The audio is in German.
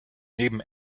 neben